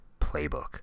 playbook